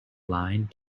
line